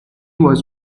was